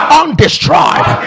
undestroyed